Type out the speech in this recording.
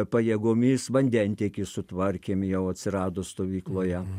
pajėgomis vandentiekį sutvarkėm jau atsirado stovykloje